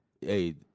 Hey